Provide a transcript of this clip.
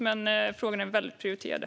Men frågorna är väldigt prioriterade.